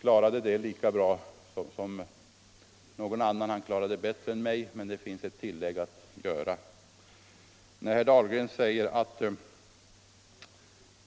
klarade den lika bra som någon annan, finns det ett tillägg att göra.